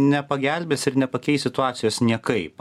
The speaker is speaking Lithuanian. nepagelbės ir nepakeis situacijos niekaip